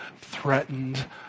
threatened